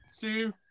two